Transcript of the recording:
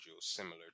similar